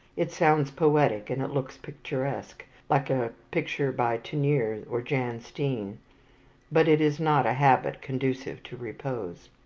it sounds poetic and it looks picturesque like a picture by teniers or jan steen but it is not a habit conducive to repose.